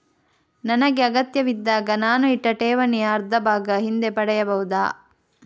ನನಗೆ ಅಗತ್ಯವಿದ್ದಾಗ ನಾನು ಇಟ್ಟ ಠೇವಣಿಯ ಅರ್ಧಭಾಗ ಹಿಂದೆ ಪಡೆಯಬಹುದಾ?